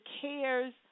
cares